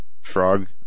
frog